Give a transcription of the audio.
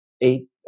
eight